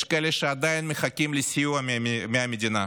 יש כאלה שעדיין מחכים לסיוע מהמדינה,